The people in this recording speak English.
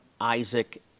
Isaac